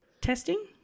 testing